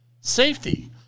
safety